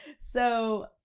so,